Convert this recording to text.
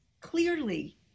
clearly